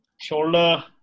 shoulder